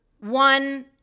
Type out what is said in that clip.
one